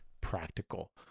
practical